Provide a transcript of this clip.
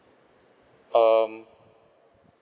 um